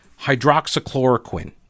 hydroxychloroquine